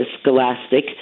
Scholastic